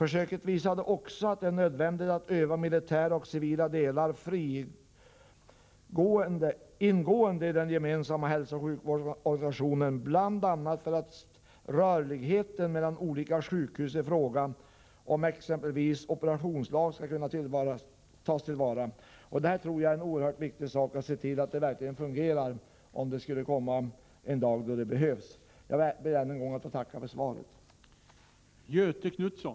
Försöket visade också på att det är nödvändigt att öva militära och civila delar ingående den gemensamma hälsooch sjukvårdsorganisationen, bl.a. för att rörligheten mellan olika sjukhus i fråga om exempelvis operationslag skall kunna tas till vara.” Det är oerhört viktigt att se till att detta verkligen fungerar om den dag kommer då detta behövs. Jag ber än en gång att få tacka för svaret på min interpellation.